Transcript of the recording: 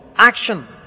Action